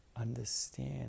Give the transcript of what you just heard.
understand